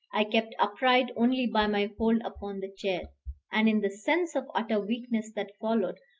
i kept upright only by my hold upon the chair and in the sense of utter weakness that followed,